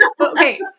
Okay